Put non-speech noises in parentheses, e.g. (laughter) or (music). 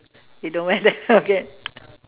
you don't wear that okay (laughs)